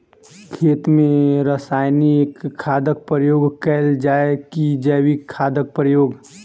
खेत मे रासायनिक खादक प्रयोग कैल जाय की जैविक खादक प्रयोग?